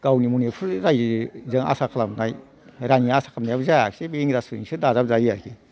गावनि मनिफुरि राज्योजों आसा खालामनाय राङि आसा खालामनायाबो जायाखसै बे इंराजफोरजोंसो दाजाबजायो आरो